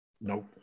nope